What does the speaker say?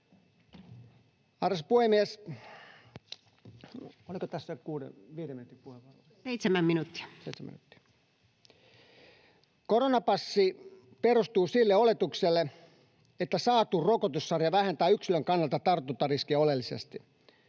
Arvoisa puhemies! Oliko tässä viiden minuutin puheenvuoro? Koronapassi perustuu sille oletukselle, että saatu rokotussarja vähentää yksilön kannalta tartuntariskiä oleellisesti.